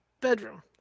bedroom